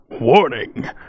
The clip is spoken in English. Warning